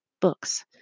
books